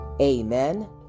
amen